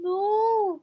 No